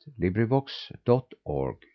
LibriVox.org